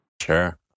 Sure